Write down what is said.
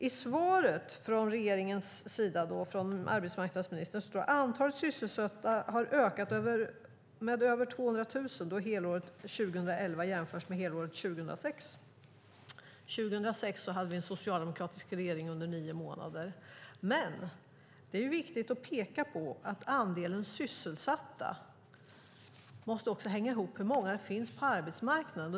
I svaret från arbetsmarknadsministern står det: "Antalet sysselsatta har ökat med över 200 000 då helåret 2011 jämförs med helåret 2006." År 2006 hade vi en socialdemokratisk regering under nio månader. Det är viktigt att peka på att andelen sysselsatta måste hänga ihop med hur många det finns på arbetsmarknaden.